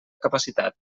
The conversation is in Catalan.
capacitat